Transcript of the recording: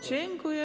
Dziękuję.